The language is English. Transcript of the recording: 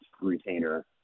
retainer